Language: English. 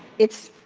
it's,